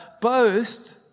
boast